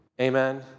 Amen